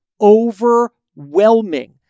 overwhelming